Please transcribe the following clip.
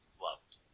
loved